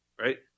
right